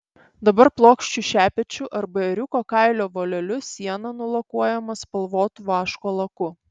dabar plokščiu šepečiu arba ėriuko kailio voleliu siena nulakuojama spalvotu vaško laku